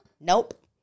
Nope